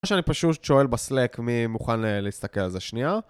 מה שאני פשוט שואל בסלק, מי מוכן להסתכל על זה שנייה?